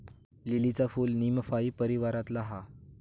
लीलीचा फूल नीमफाई परीवारातला हा